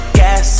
gas